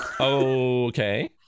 Okay